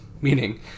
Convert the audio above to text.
Meaning